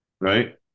right